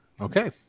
Okay